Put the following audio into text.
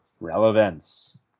relevance